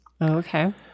Okay